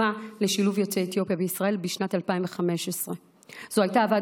לשילוב יוצאי אתיופיה בישראל בשנת 2015. זו הייתה הוועדה